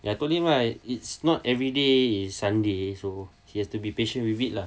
and I told him ah I it's not everyday is sunday so he has to be patient with it lah